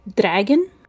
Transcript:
dragon